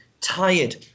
tired